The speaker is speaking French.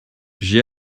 j’ai